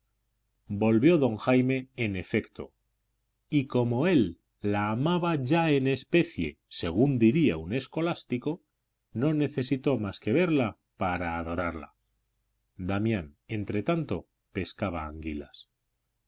volvió don jaime en efecto y como él la amaba ya en especie según diría un escolástico no necesitó más que verla para adorarla damián entretanto pescaba anguilas